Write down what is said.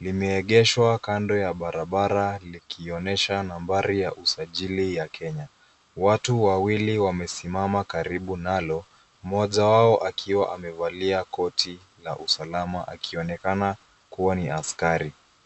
Limeegeshwa kando ya barabara likionyesha nambari ya usajili ya kenya. Watu Wawili wamesimama karibu nalo mmoja wao akiwa amevalia koti la usalama akionekana kuwa ni askari.